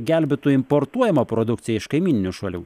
gelbėtų importuojama produkcija iš kaimyninių šalių